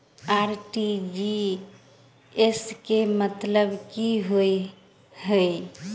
RTGS केँ मतलब की होइ हय?